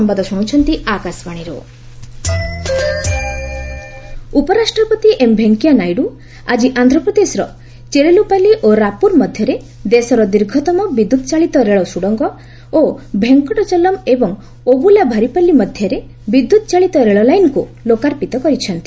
Naidu rail tunnel ଉପରାଷ୍ଟ୍ରପତି M Venkaiah Naidu ଆଜି ଆନ୍ଧ୍ରପ୍ରଦେଶର ଚେରଲୋପାଲି ଓ ରାପୁର ମଧ୍ୟରେ ଦେଶର ଦୀର୍ଘତମ ବିଦ୍ୟୁତ ଚାଳିତ ରେଳ ସୁଡ଼ଙ୍ଗ ଓ ଭେଙ୍କଟଚଲମ୍ ଏବଂ ଓବୁଲାଭାରିପାଲି ମଧ୍ୟରେ ବିଦ୍ୟୁତଚାଳିତ ରେଳଲାଇନକୁ ଲୋକାର୍ପିତ କରିଛନ୍ତି